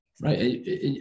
Right